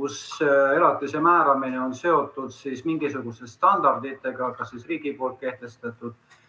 kus elatise määramine on seotud mingisuguste standarditega, kas või riigi kehtestatutega.